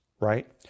right